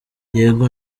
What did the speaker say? yego